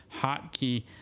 hotkey